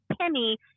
penny